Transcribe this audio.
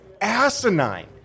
asinine